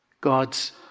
God's